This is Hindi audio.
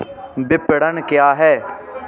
विपणन क्या है?